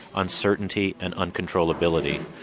uncertainty and uncontrollability.